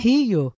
Rio